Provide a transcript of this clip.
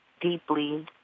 deeply